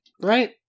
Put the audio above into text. right